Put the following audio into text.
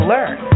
Learn